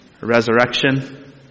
resurrection